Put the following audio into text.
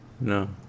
No